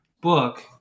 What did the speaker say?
book